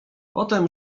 potem